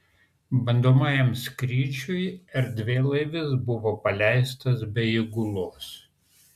bandomajam skrydžiui erdvėlaivis buvo paleistas be įgulos